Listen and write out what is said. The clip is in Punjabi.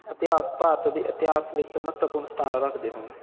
ਇਤਿਹਾਸ ਭਾਰਤ ਦੇ ਇਤਿਹਾਸ ਵਿੱਚ ਮਹੱਤਵਪੂਰਨ ਸਥਾਨ ਰੱਖਦੇ ਹੋਣ